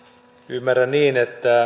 ymmärrän niin että